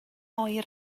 oer